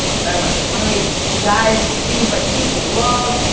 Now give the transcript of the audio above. bimmers. one of these guys that seem like people love,